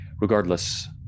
regardless